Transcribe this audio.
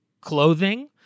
clothing